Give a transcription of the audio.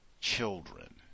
children